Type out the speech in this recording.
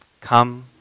come